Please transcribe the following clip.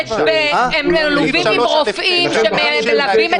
הם יודעים למצוא פתרונות לאילוצים האלה.